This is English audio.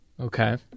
Okay